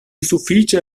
sufiĉe